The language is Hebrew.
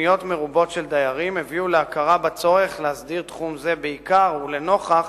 ופניות מרובות של דיירים הביאו להכרה בצורך להסדיר תחום זה בעיקר לנוכח